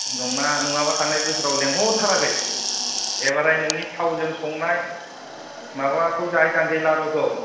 नङा नङाबा थांनाय बोसोराव लेंहर थाराखै एबारहाय नोंनि थावजों संनाय माबाखौ जाहैथारसै लारुखौ